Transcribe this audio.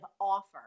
offer